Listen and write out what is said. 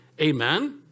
Amen